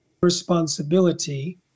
responsibility